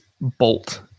bolt